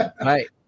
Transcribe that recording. Right